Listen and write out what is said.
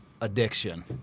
addiction